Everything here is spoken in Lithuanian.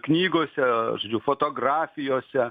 knygose žodžiu fotografijose